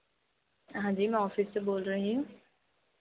हाँ जी मैं ऑफिस से बोल रही हूँ